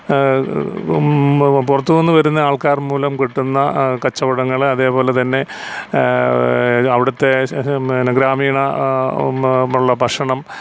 പുറത്തു നിന്നു വരുന്ന ആൾക്കാർ മൂലം കിട്ടുന്ന കച്ചവടങ്ങൾ അതേപോലെ തന്നെ അവിടുത്തെ ഗ്രാമീണ മുള്ള ഭക്ഷണം